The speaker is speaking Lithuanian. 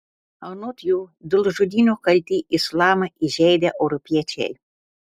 anot jų dėl žudynių kalti islamą įžeidę europiečiai